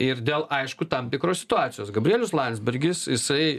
ir dėl aišku tam tikros situacijos gabrielius landsbergis jisai